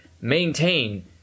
maintain